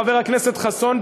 חבר הכנסת חסון,